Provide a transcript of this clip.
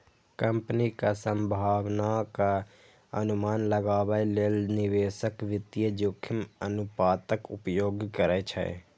कंपनीक संभावनाक अनुमान लगाबै लेल निवेशक वित्तीय जोखिम अनुपातक उपयोग करै छै